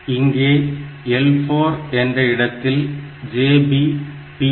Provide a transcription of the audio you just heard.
இங்கே L4 என்ற இடத்தில் JB P1